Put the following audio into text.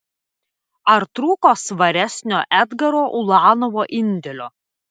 ar trūko svaresnio edgaro ulanovo indėlio